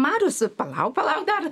marius palauk palauk dar